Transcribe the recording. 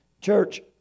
Church